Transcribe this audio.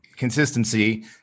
consistency